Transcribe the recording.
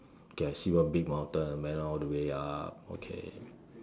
okay I see one big mountain went all the way up okay